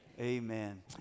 amen